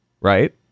right